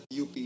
UP